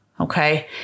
Okay